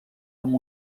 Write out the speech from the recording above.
amb